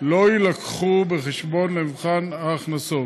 לא יילקחו בחשבון במבחן ההכנסות.